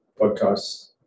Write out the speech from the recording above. podcast